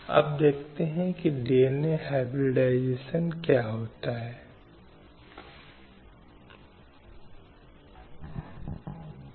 इसके अलावा जब यह आता है तो यह परिवार के भीतर हो सकता है साथ ही बाहर भी कि महिलाओं के खिलाफ यौन उत्पीड़न के उदाहरण हैं